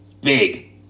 big